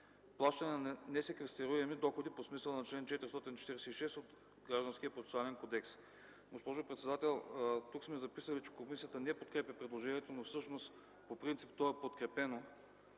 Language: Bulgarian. плащане на несеквестируемите доходи по смисъла на чл. 446 от Гражданския процесуален кодекс.” Госпожо председател, тук сме записали, че комисията не подкрепя предложението, но всъщност по принцип то е подкрепено